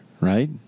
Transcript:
right